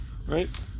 Right